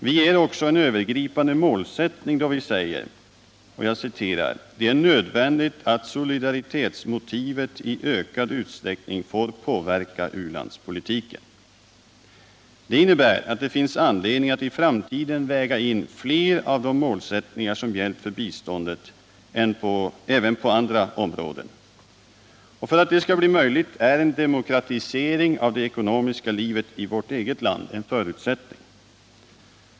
Vi ger också en övergripande målsättning då vi säger: ”Det är nödvändigt att solidaritetsmotivet i ökad utsträckning får påverka u-landspolitiken.” Det innebär att det finns anledning att i framtiden väga in fler av de målsättningar som gällt för biståndet även på andra områden. För att det skall bli möjligt är en demokratisering av det ekonomiska livet i vårt eget land en förutsättning.